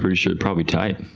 pretty sure are probably tight.